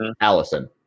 Allison